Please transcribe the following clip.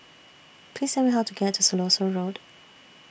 Please Tell Me How to get to Siloso Road